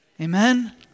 Amen